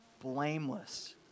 blameless